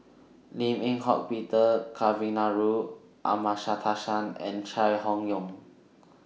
Lim Eng Hock Peter Kavignareru Amallathasan and Chai Hon Yoong